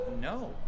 no